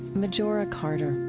majora carter